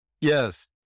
yes